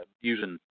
using